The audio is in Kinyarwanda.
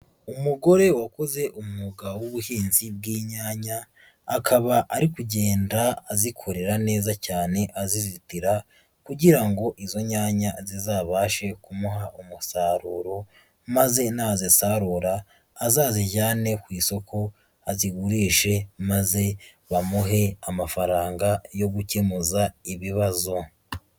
Umugore wakoze umwuga w'ubuhinzi bw'inyanya, akaba ari kugenda azikorera neza cyane azizitira kugira ngo izo nyanya zizabashe kumuha umusaruro, maze nazisarura azazijyane ku isoko, azigurishe maze bamuhe amafaranga yo gukemuza ibibazo.